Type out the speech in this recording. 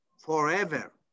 forever